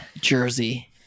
jersey